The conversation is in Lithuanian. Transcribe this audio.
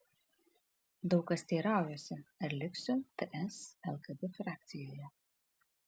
daug kas teiraujasi ar liksiu ts lkd frakcijoje